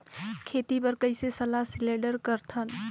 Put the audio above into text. खेती बर कइसे सलाह सिलेंडर सकथन?